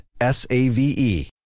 S-A-V-E